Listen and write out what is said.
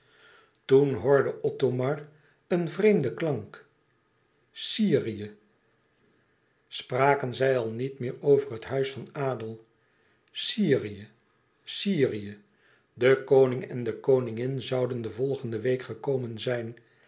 toen hoorde othomar een vreemden klank syrië spraken zij al niet meer over het huis van adel syrië syrië de koning en de koningin zouden de volgende week gekomen zijn